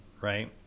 right